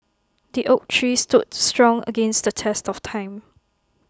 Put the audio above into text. the oak tree stood strong against the test of time